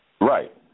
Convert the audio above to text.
Right